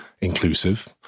inclusive